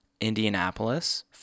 Indianapolis